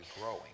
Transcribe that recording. growing